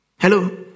Hello